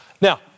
Now